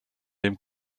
dem